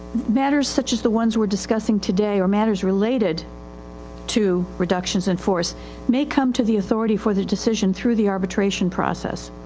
matters such as the ones were discussing today or matters related to reductions in force may come to the authority for the decision through the arbitration process.